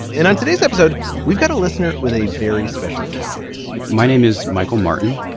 and on today's episode we've got a listener with a very special talent my name is michael martin.